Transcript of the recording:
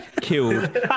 killed